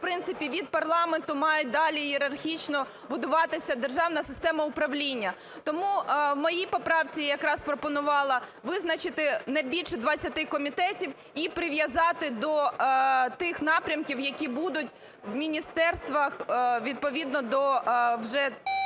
в принципі, від парламенту має далі ієрархічно будуватися державна система управління. Тому в моїй поправці я якраз пропонувала визначити не більше 20 комітетів і прив'язати до тих напрямків, які будуть в міністерствах відповідно до вже